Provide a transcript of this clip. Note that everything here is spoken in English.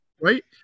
right